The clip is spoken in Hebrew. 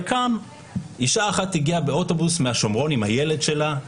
אישה אחת הגיעה באוטובוס מהשומרון עם הילד שלה,